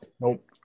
Nope